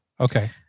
Okay